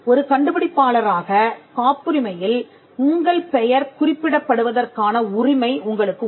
ஒரு கண்டுபிடிப்பாளராக காப்புரிமையில் உங்கள் பெயர் குறிப்பிடப்படுவதற்கான உரிமை உங்களுக்கு உண்டு